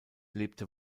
lebte